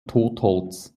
totholz